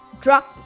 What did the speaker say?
drug